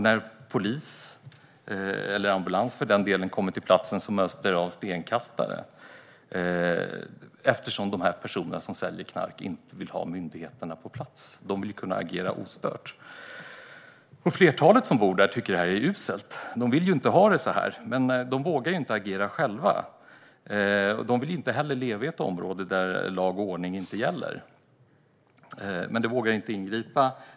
När polis eller ambulans kommer till platsen möts de av stenkastare eftersom de som säljer knark inte vill ha myndigheterna där utan vill agera ostört. Flertalet av dem som bor där tycker att detta är uselt. De vill inte ha det så här men vågar inte själva agera. De vill inte leva i ett område där lag och ordning inte råder, men de vågar inte ingripa.